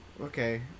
Okay